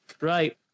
Right